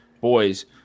boys